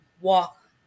walk